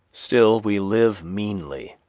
still we live meanly,